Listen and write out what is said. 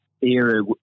era